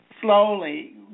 slowly